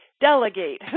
delegate